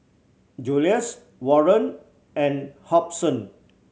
Julius Warren and Hobson